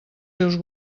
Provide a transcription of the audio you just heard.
seus